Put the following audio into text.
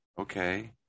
Okay